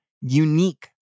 Unique